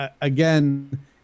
Again